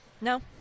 No